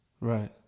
Right